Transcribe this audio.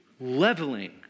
leveling